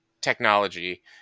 technology